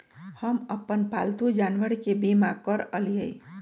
हम अप्पन पालतु जानवर के बीमा करअलिअई